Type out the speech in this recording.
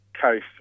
case